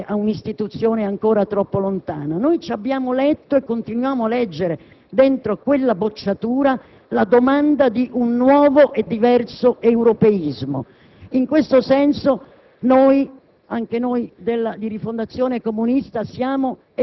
che i popoli avvertono di fronte a un'istituzione ancora troppo lontana; abbiamo letto e continuiamo a leggere in quella bocciatura la domanda di un nuovo e diverso europeismo. In questo senso